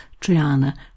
Triana